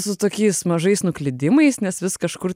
su tokiais mažais nuklydimais nes vis kažkur